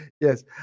Yes